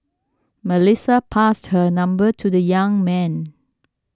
Melissa passed her number to the young man